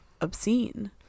obscene